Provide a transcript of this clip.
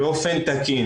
בגן הוא מקבל משרה מלאה.